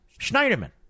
Schneiderman